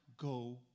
go